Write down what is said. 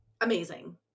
amazing